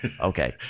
Okay